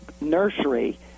nursery